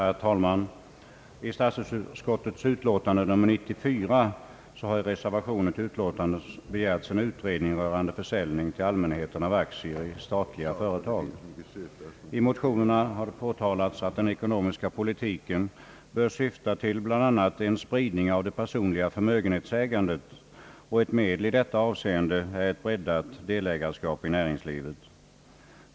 Herr talman! Vid statsutskottets utlåtande nr 94 har i en reservation till utlåtandet begärts en utredning rörande försäljning till allmänheten av aktier i statliga företag. I motionerna har påtalats, att den ekonomiska politiken bör syfta till bl.a. en spridning av det personliga förmögenhetsägandet, och ett medel i detta avseende är ökat delägarskap i näringslivet.